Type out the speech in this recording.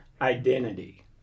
identity